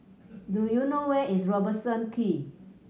do you know where is Robertson Quay